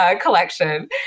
collection